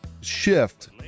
shift